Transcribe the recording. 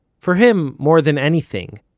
for him, more than anything,